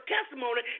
testimony